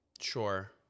Sure